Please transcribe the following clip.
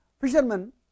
fishermen